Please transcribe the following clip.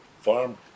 farm